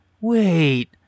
Wait